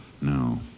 No